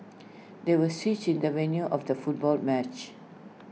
there was A switch in the venue of the football match